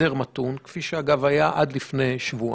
הסדר מתון כפי שהיה עד לפני שבועיים.